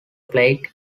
played